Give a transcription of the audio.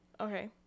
okay